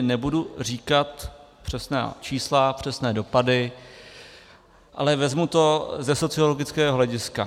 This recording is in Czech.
Nebudu tady říkat přesná čísla, přesné dopady, ale vezmu to ze sociologického hlediska.